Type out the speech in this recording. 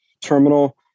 terminal